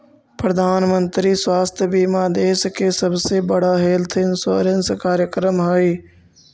प्रधानमंत्री स्वास्थ्य बीमा देश के सबसे बड़ा हेल्थ इंश्योरेंस कार्यक्रम हई